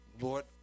Lord